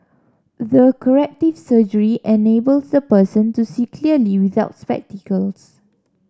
the corrective surgery enables the person to see clearly without spectacles